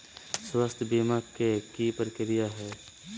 स्वास्थ बीमा के की प्रक्रिया है?